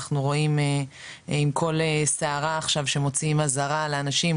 אנחנו רואים עם כל סערה עכשיו שמוציאים אזהרה לאנשים,